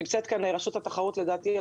רשות התחרות נמצאת כאן,